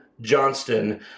Johnston